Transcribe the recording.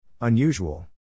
Unusual